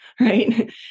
right